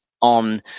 on